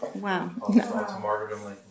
Wow